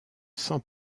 sans